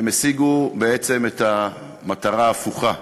הם בעצם השיגו את המטרה ההפוכה.